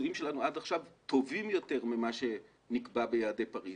הביצועים שלנו עד עכשיו טובים יותר ממה שנקבע ביעדי פריס